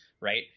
Right